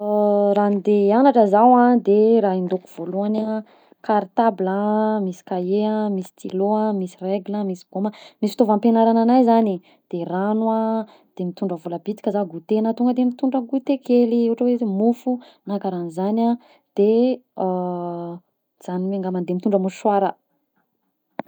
Raha andeha hiagnatra zaho a de raha hindaoko voalohany a: cartabla misy kahie a, misy stylo, misy regle a, misy goma, fitaovam-piagnaragn'anahy de rano a de mitondra vola bitika zah gouter na tonga de mitondra gouter kely ohatra hoe mofo na karahan'izany a de zany iahany angambany, de mitondra mosoara.